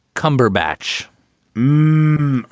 cumberbatch mm.